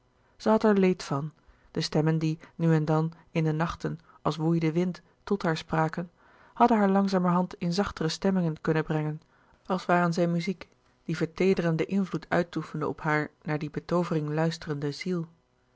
er leed van de stemmen die nu en dan in de nachten als woei de wind tot haar spraken hadden haar langzamerhand in zachtere stemmingen kunnen brengen als waren zij muziek die verteederenden invloed uitoefende op haar naar die betoovering luisterende ziel